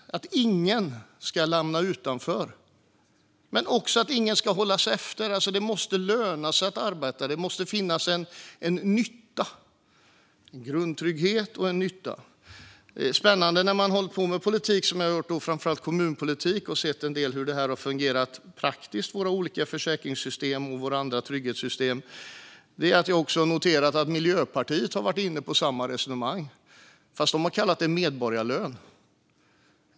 Ingen ska lämnas utanför, men ingen ska heller komma efter. Det måste löna sig att arbeta. Det måste finnas en grundtrygghet och en nytta. Jag har hållit på en del med kommunpolitik och sett hur våra olika försäkringssystem och andra trygghetssystem har fungerat praktiskt. Jag har också noterat att Miljöpartiet har varit inne på samma resonemang, fast de har kallat det medborgarlön.